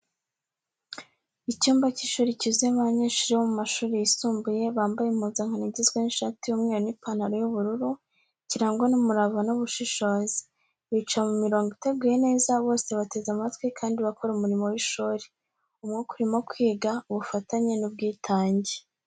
Icyumba cy’ishuri cyuzuyemo abanyeshuri bo mu mashuri yisumbuye bambaye impuzankano igizwe n’ishati y’umweru n’ipantaro y'ubuluu kirangwa n’umurava n’ubushishozi. Bicaye mu mirongo iteguye neza, bose bateze amatwi kandi bakora umurimo w’ishuri. Umwuka urimo kwiga, ubufatanye, n’ubwitange.